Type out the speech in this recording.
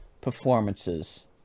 performances